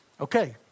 Okay